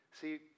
See